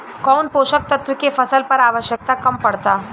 कौन पोषक तत्व के फसल पर आवशयक्ता कम पड़ता?